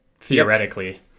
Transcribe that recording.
theoretically